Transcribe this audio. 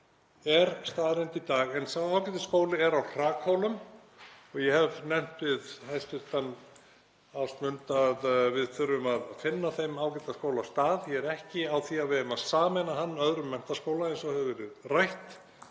er staðreynd í dag en sá ágæti skóli er á hrakhólum og ég hef nefnt við hæstv. Ásmund að við þurfum að finna þeim ágæta skóla stað. (Forseti hringir.) Ég er ekki á því að við eigum að sameina hann öðrum menntaskóla eins og hefur verið rætt.